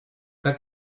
pas